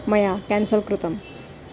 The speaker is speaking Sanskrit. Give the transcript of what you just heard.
मया केन्सल् कृतम्